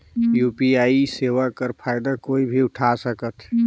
UPI सेवा कर फायदा कोई भी उठा सकथे?